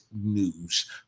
news